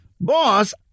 Boss